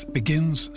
begins